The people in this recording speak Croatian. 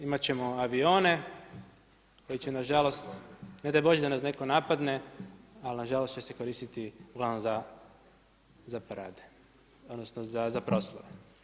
Imati ćemo avione, koji će nažalost, ne daj Bože da nas netko napadne, ali nažalost će se koristiti ugl. za aparate, odnosno za proslave.